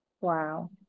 wow